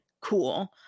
cool